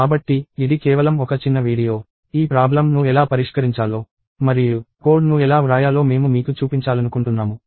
కాబట్టి ఇది కేవలం ఒక చిన్న వీడియో ఈ ప్రాబ్లమ్ ను ఎలా పరిష్కరించాలో మరియు కోడ్ను ఎలా వ్రాయాలో మేము మీకు చూపించాలనుకుంటున్నాము